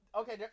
okay